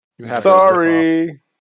sorry